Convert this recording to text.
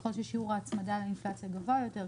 ככל ששיעור ההצמדה לאינפלציה גבוה יותר,